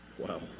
Wow